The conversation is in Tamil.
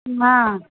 ஆ